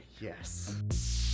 Yes